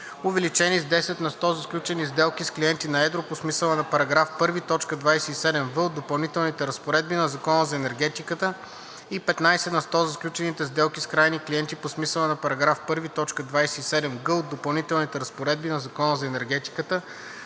увеличени с 10 на сто за сключени сделки с клиенти на едро по смисъла на § 1, т. 27в от допълнителните разпоредби на Закона за енергетиката и 15 на сто за сключени сделки с крайни клиенти по смисъла на § 1, т. 27г от допълнителните разпоредби на Закона за енергетиката,